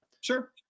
sure